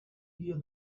hear